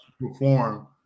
perform